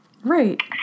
right